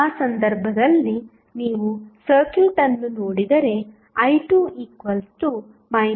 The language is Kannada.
ಈಗ ಆ ಸಂದರ್ಭದಲ್ಲಿ ನೀವು ಸರ್ಕ್ಯೂಟ್ ಅನ್ನು ನೋಡಿದರೆ i2 2A